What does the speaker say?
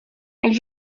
elle